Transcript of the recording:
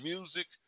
Music